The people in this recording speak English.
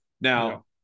Now